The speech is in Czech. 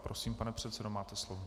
Prosím, pane předsedo, máte slovo.